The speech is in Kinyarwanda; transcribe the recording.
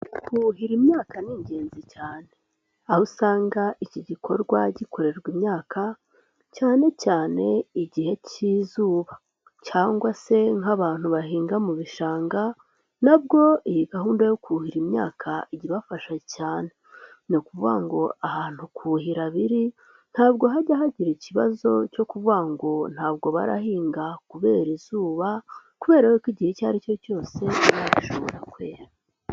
Kuhira imyaka ni ingenzi cyane. Aho usanga iki gikorwa gikorerwa imyaka cyane cyane igihe k'izuba cyangwa se nk'abantu bahinga mu bishanga nabwo iyi gahunda yo kuhira imyaka ijya ibafasha cyane. Ni ukuvuga ngo ahantu kuhira biri ntabwo hajya hagira ikibazo cyo kuvuga ngo ntabwo barahinga kubera izuba kubera ko igihe icyo ari cyo cyose kiba gishobora kwera.